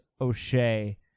O'Shea